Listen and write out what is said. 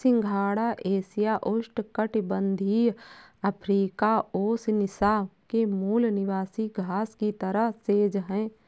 सिंघाड़ा एशिया, उष्णकटिबंधीय Africa, Oceania के मूल निवासी घास की तरह सेज है